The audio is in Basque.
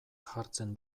jartzen